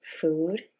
Food